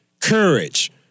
courage